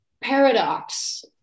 paradox